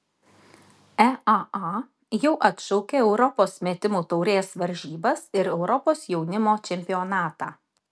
eaa jau atšaukė europos metimų taurės varžybas ir europos jaunimo čempionatą